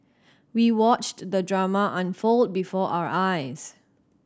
we watched the drama unfold before our eyes